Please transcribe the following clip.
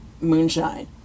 moonshine